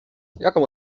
jaką